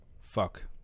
Fuck